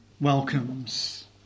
welcomes